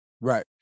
Right